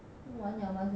完了 lor 现在